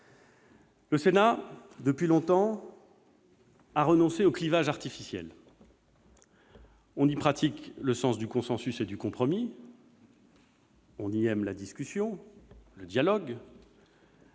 renoncé depuis longtemps aux clivages artificiels. On y pratique le sens du consensus et du compromis. On y aime la discussion, le dialogue.